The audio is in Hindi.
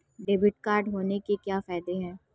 डेबिट कार्ड होने के क्या फायदे हैं?